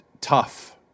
tough